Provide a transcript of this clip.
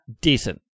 Decent